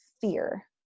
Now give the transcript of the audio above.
fear